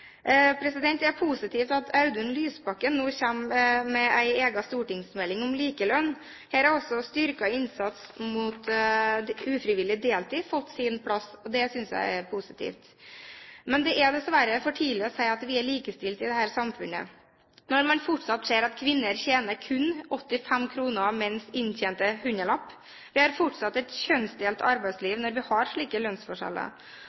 Det er positivt at Audun Lysbakken nå kommer med en egen stortingsmelding om likelønn. Her har også styrket innsats mot ufrivillig deltid fått sin plass. Det synes jeg er positivt. Det er dessverre for tidlig å si at vi er likestilte i dette samfunnet, når man ser at kvinner tjener kun 85 kr av menns inntjente hundrelapp. Vi har fortsatt et kjønnsdelt arbeidsliv når vi har slike lønnsforskjeller.